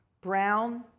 Brown